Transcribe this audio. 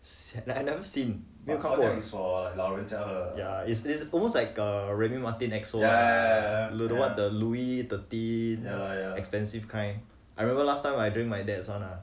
like I never seen 没有看过的 ya is almost like a remy martin X_O the don't know what the louis thirteen expensive kind I remember last time I drank my dad one ah